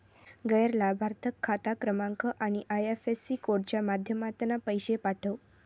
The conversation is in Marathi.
गैर लाभार्थिक खाता क्रमांक आणि आय.एफ.एस.सी कोडच्या माध्यमातना पैशे पाठव